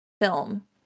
film